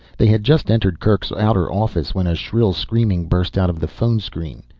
they had just entered kerk's outer office when a shrill screaming burst out of the phone-screen.